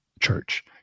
church